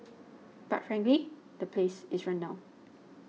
but frankly the place is run down